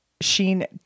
sheen